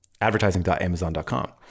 advertising.amazon.com